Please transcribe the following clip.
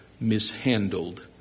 mishandled